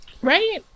Right